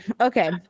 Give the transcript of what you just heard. Okay